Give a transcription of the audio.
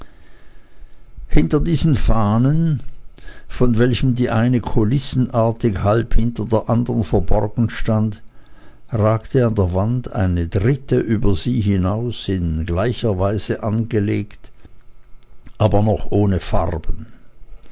hinter diesen fahnen von welchen die eine kulissenartig halb hinter der andern verborgen stand ragte an der wand eine dritte über sie hinaus in gleicher weise angelegt aber noch ohne farben